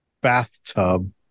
bathtub